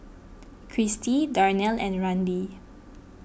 Cristi Darnell and Randy